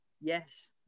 Yes